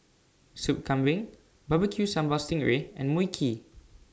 Soup Kambing Barbecue Sambal Sting Ray and Mui Kee